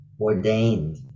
ordained